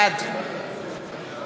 בעד